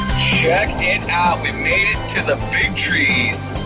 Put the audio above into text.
check it out. we've made it to the big trees!